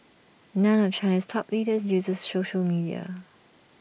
none of China's top leaders uses social media